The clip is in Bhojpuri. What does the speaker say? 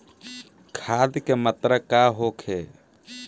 खाध के मात्रा का होखे?